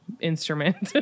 instrument